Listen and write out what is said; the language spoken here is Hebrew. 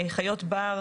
חיות בר.